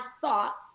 thought